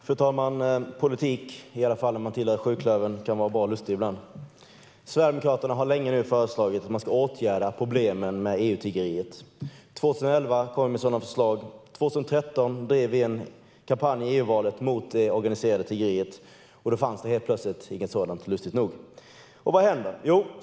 Fru talman! Politik kan, i alla fall om man tillhör sjuklövern, vara bra lustig ibland. Sverigedemokraterna har nu länge föreslagit att man ska åtgärda problemen med EU-tiggeriet. År 2011 kom vi med sådana förslag. År 2014 drev vi en kampanj i EU-valet mot det organiserade tiggeriet. Då fanns det helt plötsligt inget sådant, lustigt nog. Och vad händer?